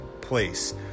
place